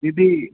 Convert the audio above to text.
दीदी